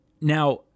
Now